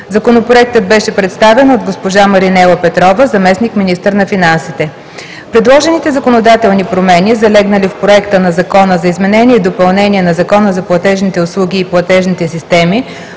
Законопроектът беше представен от госпожа Маринела Петрова – заместник-министър на финансите. Предложените законодателни промени, залегнали в Законопроекта за изменение и допълнение на Закона за платежните услуги и платежните системи,